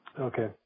Okay